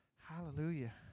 hallelujah